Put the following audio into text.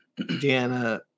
Deanna